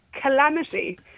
calamity